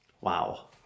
Wow